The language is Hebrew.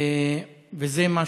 וזה מה